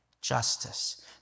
justice